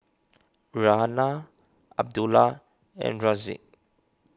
Raihana Abdullah and Rizqi